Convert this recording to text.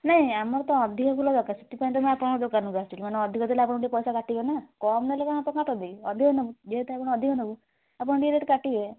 ନାଇଁ ଆମକୁ ତ ଅଧିକ ଫୁଲ ଦରକାର୍ ସେଥିପାଇଁ ତ ମୁଁ ଆପଣଙ୍କ ଦୋକାନକୁ ଆସିଲି ମାନେ ଅଧିକ ନେଲେ ଆପଣ ଟିକିଏ ପଇସା କାଟିବେ ନା କମ୍ ନେଲେ ଆପଣ କ'ଣ କାଟନ୍ତି କି ଅଧିକ ନେବୁ ଯେହେତୁ ଆମେ ଅଧିକ ନେବୁ ଆପଣ ଟିକିଏ ରେଟ୍ କାଟିବେ